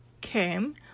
came